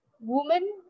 Woman